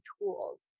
tools